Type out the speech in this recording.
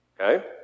okay